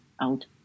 out